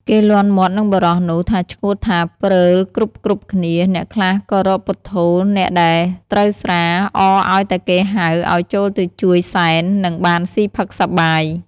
គេលាន់មាត់និងបុរសនោះ ថាឆ្កួតថាព្រើលគ្រប់ៗ គ្នា អ្នកខ្លះក៏រកពុទ្ធោ អ្នកដែលត្រូវស្រា អរឱ្យតែគេហៅឱ្យចូលទៅជួយសែន និងបានស៊ីផឹកសប្បាយ ។